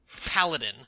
paladin